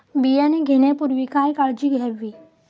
बियाणे घेण्यापूर्वी काय काळजी घ्यावी?